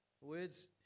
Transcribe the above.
Words